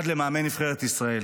ועד למאמן נבחרת ישראל.